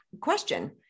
question